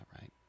right